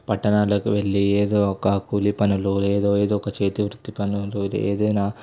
పట్టణాలకు వెళ్ళి ఏదో ఒక కూలి పనులు ఎదో ఏదో ఒక చేతివృత్తి పనులు ఏదైనా